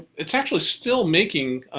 it's actually still making.